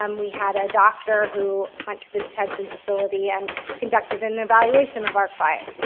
um we had a doctor who went to the detention facility and conducted and an evaluation of our client.